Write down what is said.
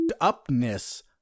upness